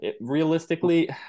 realistically